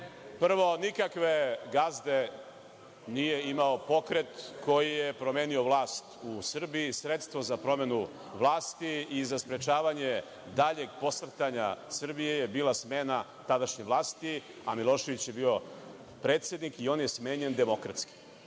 Prvo, nikakve gazde nije imao pokret koji je promenio vlast u Srbiji, sredstvo za promenu vlasti i za sprečavanje daljeg posrtanja Srbije je bila smena tadašnje vlasti, a Milošević je bio predsednik i on je smenjen demokratski